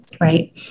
right